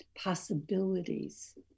possibilities